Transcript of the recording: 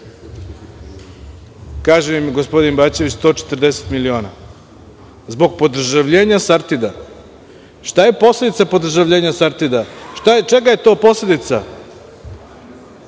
kaže da je to 140 miliona. Zbog podržavljenja „Sartida“. Šta je posledica podržavljenja „Sartida“? Čega je to posledica?